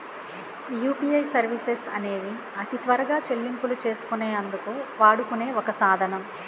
UPI services అనేవి అతి త్వరగా చెల్లింపులు చేసుకునే అందుకు వాడుకునే ఒక సాధనం